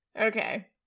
Okay